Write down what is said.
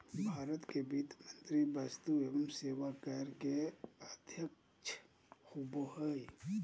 भारत के वित्त मंत्री वस्तु एवं सेवा कर के अध्यक्ष होबो हइ